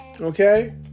Okay